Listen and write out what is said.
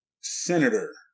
Senator